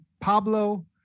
Pablo